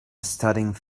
studying